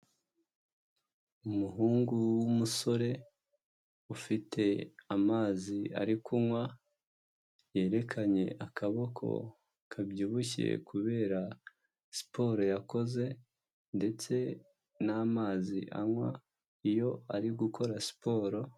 Umuhungu w'umusore ufite amazi ari kunywa yerekanye akaboko kabyibushye kubera siporo yakoze, ndetse n'amazi anywa iyo ari gukora siporo.